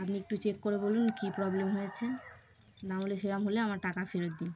আপনি একটু চেক করে বলুন কী প্রবলেম হয়েছে নাহলে সেরম হলে আমার টাকা ফেরত দিন